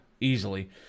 Easily